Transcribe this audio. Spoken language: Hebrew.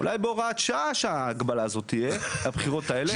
אולי בהוראת שעה שההגבלה הזאת תהיה, לבחירות האלה.